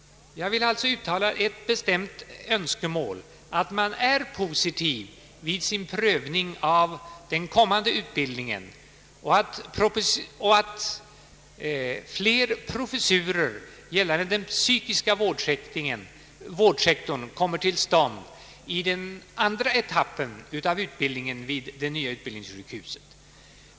Jag vill alltså uttala ett bestämt önskemål om att man är positiv vid sin prövning av den kommande utbildningen och att fler professurer, gällande den psykiska vårdsektorn, kommer till stånd i den andra etappen av utbildningen vid det nya utbildningssjukhuset.